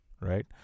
right